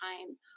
time